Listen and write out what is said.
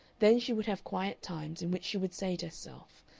then she would have quiet times, in which she would say to herself,